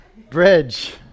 bridge